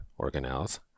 organelles